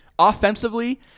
offensively